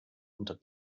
unter